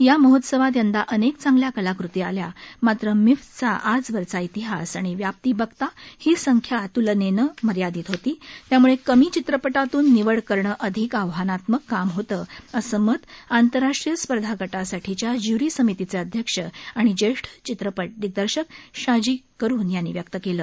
या महोत्सवात यंदा अनेक चांगल्या कलाकृती आल्या मात्र मिफ्फचा आजवरचा इतिहास आणि व्याप्ती बघता ही संख्या त्लनेनं मर्यादित होती त्यामुळे कमी चित्रपटांतून निवड करणे अधिक आव्हानात्मक काम होते असं मत आंतरराष्ट्रोय स्पर्धा गटासाठीच्या ज्य्री समितीचे अध्यक्ष आणि जेष्ठ चित्रपट दिग्दर्शक शाजी करून यांनी व्यक्त केलं